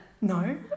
No